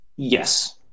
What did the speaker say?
Yes